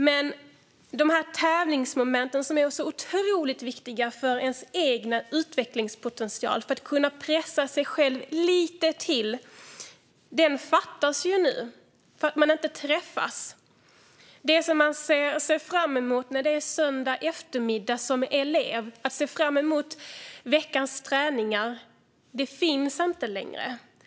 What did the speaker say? Men tävlingsmomenten som är så otroligt viktiga för ens egen utvecklingspotential, för att kunna pressa sig själv lite till, fattas ju nu eftersom man inte träffas. Det man ser fram emot som elev när det är söndag eftermiddag, veckans träningar, finns inte längre.